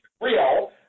real